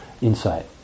insight